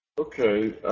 Okay